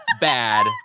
bad